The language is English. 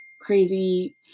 crazy